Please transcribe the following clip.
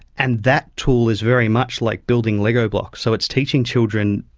and that tool is very much like building lego blocks, so its teaching children,